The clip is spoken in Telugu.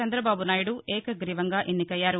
చంద్రబాబు నాయుడు ఏకగ్రీవంగా ఎన్నికయ్యారు